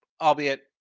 albeit